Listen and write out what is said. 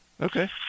Okay